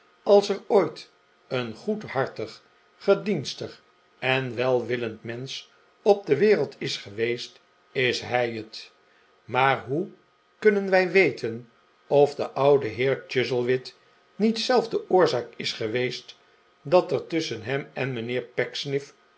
als er ooit een goedhartig gedienstig en welwillend mensch op de wereld is geweest is hij het maar hoe kunnen wij weten of de oude heer chuzzlewit niet zelf de oorzaak is geweest dat er tusschen hem en mijnheer